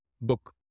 book